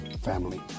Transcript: family